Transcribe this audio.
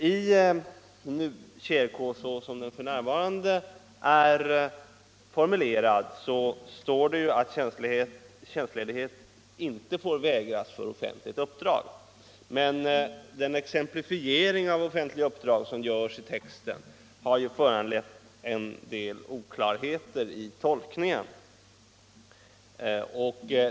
I TJRK såsom den f. n. är formulerad står att tjänstledighet inte får vägras för offentligt uppdrag, men den exemplifiering av offentligt uppdrag som görs i texten har föranlett en del oklarheter i tolkningen.